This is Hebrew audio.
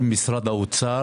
במשרד האוצר.